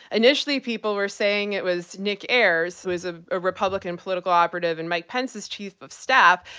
initially, people were saying it was nick ayers, who was a ah republican political operative and mike pence's chief of staff,